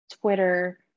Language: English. Twitter